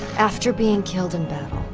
after being killed in battle,